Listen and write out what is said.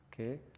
okay